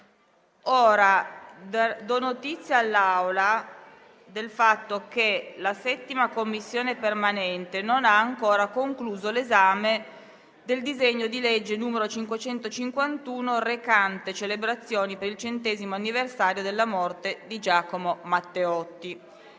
Do notizia all'Assemblea del fatto che la 7a Commissione permanente non ha ancora concluso l'esame del disegno di legge n. 551, recante «Celebrazioni per il centesimo anniversario della morte di Giacomo Matteotti».